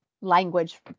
language